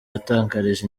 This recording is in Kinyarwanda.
yatangarije